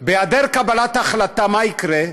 בהיעדר קבלת החלטה, מה יקרה?